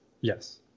Yes